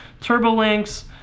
TurboLinks